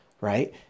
right